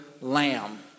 Lamb